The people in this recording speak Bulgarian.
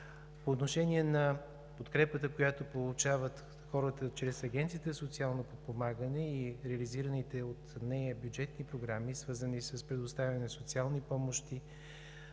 По отношение на подкрепата, която получават хората чрез Агенцията за социално подпомагане и реализираните от нея бюджетни програми, свързани с предоставяне на социални помощи,